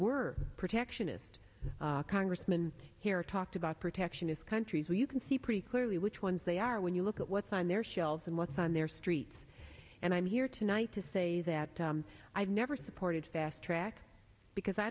were protectionist congressman here talked about protectionist countries where you can see pretty clearly which ones they are when you look at what's on their shelves and what's on their streets and i'm here tonight to say that i've never supported fast track because i